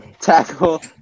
Tackle